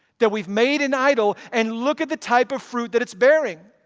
that we've made an idol and look at the type of fruit that it's bearing.